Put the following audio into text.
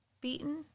beaten